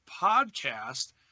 podcast